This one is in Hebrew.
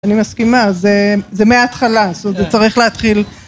אני מסכימה, זה מההתחלה, זאת אומרת, זה צריך להתחיל.